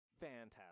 Fantastic